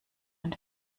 man